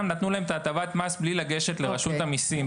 נתנו להם את ההטבת מס מבלי לגשת לרשות המיסים.